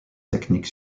technique